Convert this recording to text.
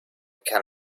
can